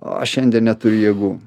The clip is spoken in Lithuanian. aš šiandien neturiu jėgų